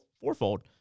fourfold